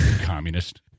communist